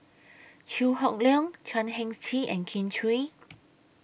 Chew Hock Leong Chan Heng Chee and Kin Chui